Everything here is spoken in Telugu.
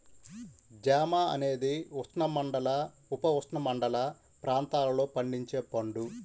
జామ అనేది ఉష్ణమండల, ఉపఉష్ణమండల ప్రాంతాలలో పండించే పండు